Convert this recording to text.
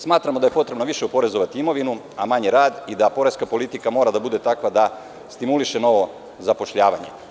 Smatramo da je potrebno više oporezovati imovinu, a manje rad i da poreska politika mora da bude takva da stimuliše novo zapošljavanje.